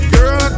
Girl